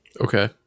Okay